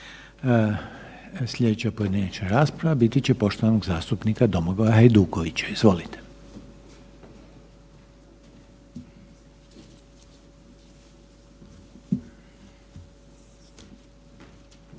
Slijedeća pojedinačna rasprava biti će poštovanog zastupnika Domagoja Hajdukovića, izvolite.